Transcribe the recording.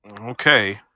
Okay